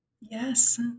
Yes